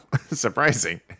surprising